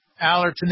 Allerton